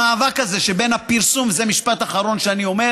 במאבק הזה שבין הפרסום, וזה משפט אחרון שאני אומר